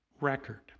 record